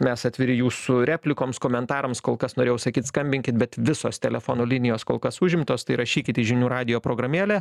mes atviri jūsų replikoms komentarams kol kas norėjau sakyt skambinkit bet visos telefono linijos kol kas užimtos tai rašykit į žinių radijo programėlę